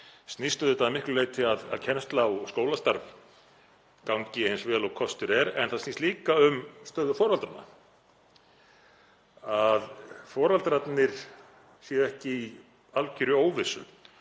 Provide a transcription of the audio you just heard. snýst auðvitað að miklu leyti um að kennsla og skólastarf gangi eins vel og kostur er en hún snýst líka um stöðu foreldrana, að foreldrarnir séu ekki í algjörri óvissu